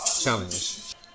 challenge